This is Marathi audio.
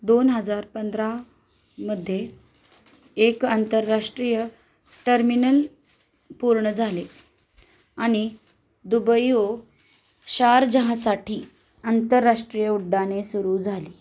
दोन हजार पंधरामध्ये एक आंतरराष्ट्रीय टर्मिनल पूर्ण झाले आणि दुबई व शारजहासाठी आंतरराष्ट्रीय उड्डाणे सुरू झाली